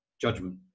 judgment